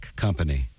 company